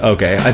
Okay